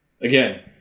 Again